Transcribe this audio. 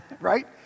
right